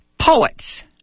Poets